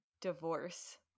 divorce